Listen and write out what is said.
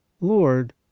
lord